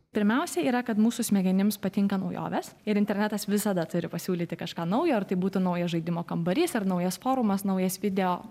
pirmiausia yra kad mūsų smegenims patinka naujovės ir internetas visada turi pasiūlyti kažką naujo ar tai būtų naujas žaidimo kambarys ar naujas forumas naujas video